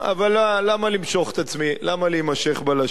אבל למה למשוך את עצמי, למה להימשך בלשון.